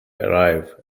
arrive